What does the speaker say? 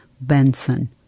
Benson